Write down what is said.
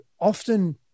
Often